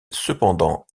cependant